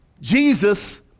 Jesus